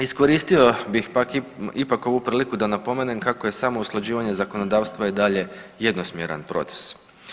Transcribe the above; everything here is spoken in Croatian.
Iskoristio bih ipak ovu priliku da napomenem kako je samo usklađivanje zakonodavstva i dalje jednosmjeran proces.